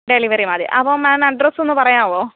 delivery മതി അപ്പൊം ma'am address ഒന്ന് പറയാവോ